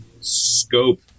scope